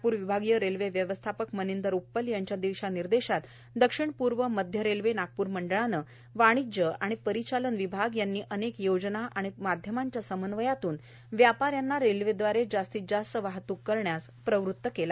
नागप्र विभागीय रेल्वे व्यवस्थापक मनिंदर उप्पल यांच्या दिशानिर्देशात दक्षिण पूर्व मध्य रेल्वे नागपूर मंडळाने वाणिज्य आणि परिचालन विभाग यांनी अनेक योजना आणि माध्यमांच्या समन्वयाने व्यापा यांना रेल्वेदवारे जास्तीत जास्त वाहतूक करण्यास प्रवृत्त केले